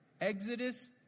Exodus